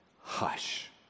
Hush